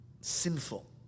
sinful